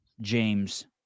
James